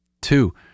Two